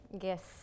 Yes